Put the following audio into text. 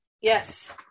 Yes